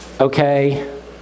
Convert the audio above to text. Okay